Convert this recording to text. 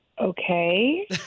Okay